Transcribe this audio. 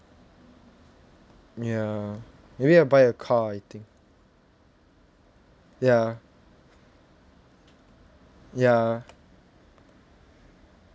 ya maybe I'll buy a car I think ya ya